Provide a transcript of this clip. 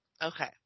Okay